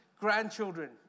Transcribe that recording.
grandchildren